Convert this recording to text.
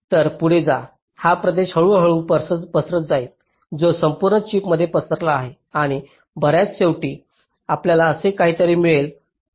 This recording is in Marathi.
तर पुढे जा हा प्रदेश हळूहळू पसरत जाईल तो संपूर्ण चिपमध्ये पसरला आहे आणि बर्याच शेवटी आपल्याला असे काहीतरी मिळेल